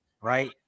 Right